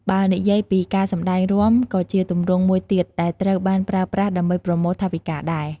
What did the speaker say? បើនិយាយពី ការសម្ដែងរាំក៏ជាទម្រង់មួយទៀតដែលត្រូវបានប្រើប្រាស់ដើម្បីប្រមូលថវិការដែរ។